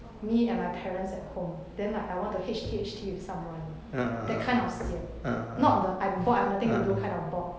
me and my parents at home then like I want to H_T_I_T with someone that kind of sian not the I'm bored I have nothing to do kind of bored